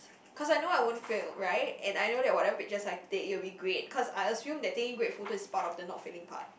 cause I know I won't fail right and I know that whatever pictures I take it will be great cause I assume that taking great photos is part of the not failing part